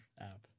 app